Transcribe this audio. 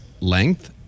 length